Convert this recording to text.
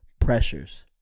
pressures